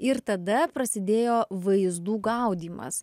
ir tada prasidėjo vaizdų gaudymas